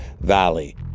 Valley